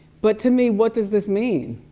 but to me, what does this mean?